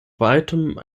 weitem